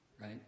right